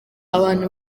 abantu